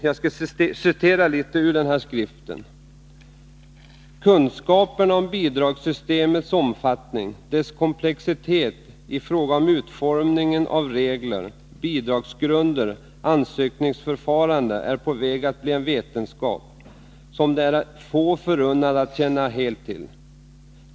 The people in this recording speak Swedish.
Jag skall återge ett stycke ur den skriften: Kunskaperna om bidragssystemets omfattning, dess komplexitet i fråga om utformningen av regler, bidragsgrunder och ansökningsförfarande är på väg att bli en vetenskap, som det är få förunnat att helt känna till.